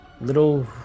Little